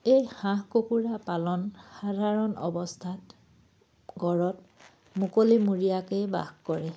এই হাঁহ কুকুৰা পালন সাধাৰণ অৱস্থাত ঘৰত মুকলিমূৰীয়াকে বাস কৰে